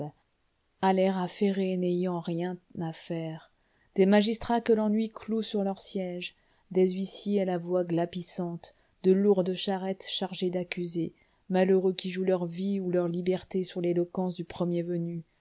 à l'air affairé et n'ayant rien à faire des magistrats que l'ennuie cloue sur leurs siéges des huissiers à la voix glapissante de lourdes charrettes chargées d'accusés malheureux qui jouent leur vie ou leur liberté sur l'éloquence du premier venu